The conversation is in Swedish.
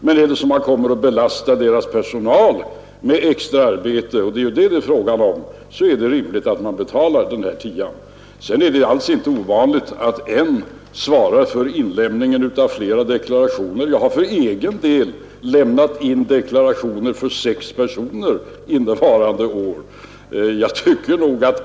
Men belastar man deras personal med extra arbete — och det är ju detta som det är fråga om — är det rimligt att man betalar den här tian. Det är inte alls ovanligt att en person svarar för inlämningen av flera deklarationer. Jag har för egen del lämnat in deklarationer för sex personer innevarande år.